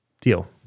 deal